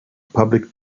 public